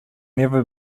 never